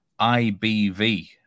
IBV